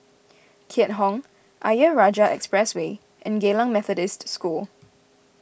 Keat Hong Ayer Rajah Expressway and Geylang Methodist School